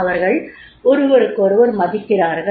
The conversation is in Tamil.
அவர்கள் ஒருவருக்கொருவர் மதிக்கிறார்கள்